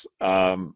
yes